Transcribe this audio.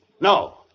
No